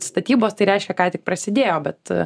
statybos tai reiškia ką tik prasidėjo bet